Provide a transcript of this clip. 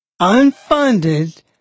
Unfunded